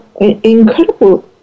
incredible